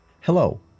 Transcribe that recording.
Hello